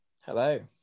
Hello